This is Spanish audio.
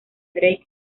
drake